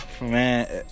Man